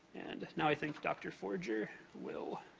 and now, i think dr. forger will